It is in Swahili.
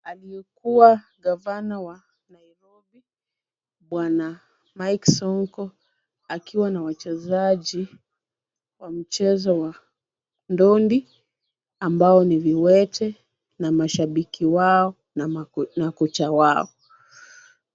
Aliyekuwa ngavana wa Nairobi, Bwana Mike Sonko akiwa na wachezaji wa mchezo wa ndondi ambao ni viwete na mashabiki wao na kocha wao.